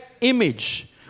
image